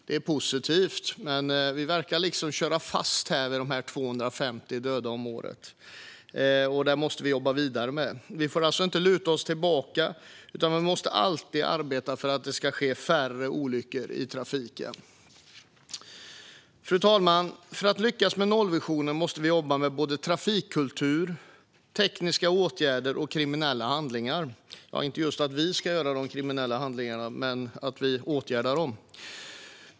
Det är positivt, men vi verkar liksom köra fast vid 250 döda om året. Det måste vi jobba vidare med. Vi får alltså inte luta oss tillbaka, utan vi måste alltid arbeta för att det ska ske färre olyckor i trafiken. Fru talman! För att lyckas med nollvisionen måste vi jobba med både trafikkultur, tekniska åtgärder och kriminella handlingar. Nej, det är inte vi som ska göra de kriminella handlingarna, men vi ska åtgärda dem.